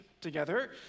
together